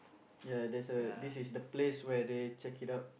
ya there's a this is the place where they check it out